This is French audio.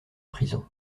prison